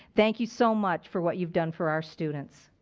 thank you so much for what you've done for our students.